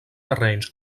terrenys